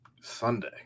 sunday